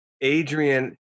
Adrian